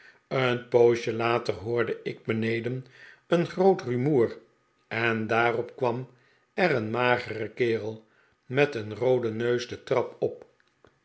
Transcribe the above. een poosje later hoorde ik beneden een grpot'rumoer en daarop kwam er een magere kerel met een rooden neus de trap op